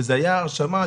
מתי אמורים לתת תשובה?